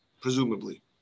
presumably